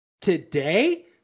today